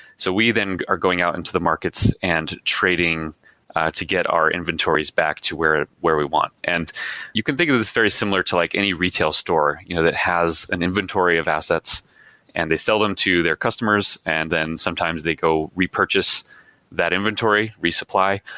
so we then are going out into the markets and trading to get our inventories back to where where we want. and you can think of this as very similar to like any retail store you know that has an inventory of assets and they sell them to their customers and then sometimes they go repurchase that inventory, resupply.